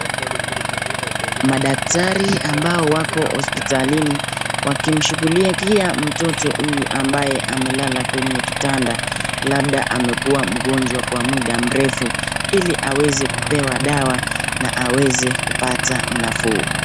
Madaktari ambao wako hospitalini, wakimshughulikia mtoto huyu ambaye amelala kwenye kitanda, labda amekuwa mgonjwa kwa muda mrefu ili aweze kupewa dawa na aweze kupata nafuu.